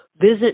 visit